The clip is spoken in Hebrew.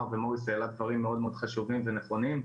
ומוריס העלה דברים מאוד חשובים ונכונים,